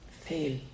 fail